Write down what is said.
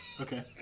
Okay